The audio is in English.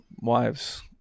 wives